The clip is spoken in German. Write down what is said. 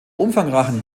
umfangreichen